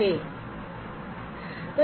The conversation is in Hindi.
इकाई यहाँ पर